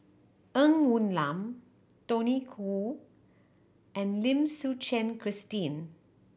Ng Woon Lam Tony Khoo and Lim Suchen Christine